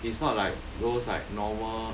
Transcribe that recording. it's not like those like normal